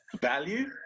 value